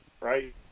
right